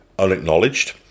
unacknowledged